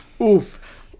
Oof